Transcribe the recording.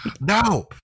No